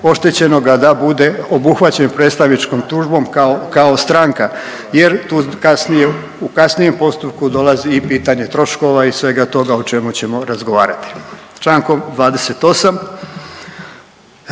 oštećenoga da bude obuhvaćen predstavničkom tužbom kao stranka jer u kasnijem postupku dolazi i pitanje troškova i svega toga o čemu ćemo razgovarati. Čl. 28.